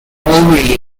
ovary